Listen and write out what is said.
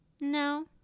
No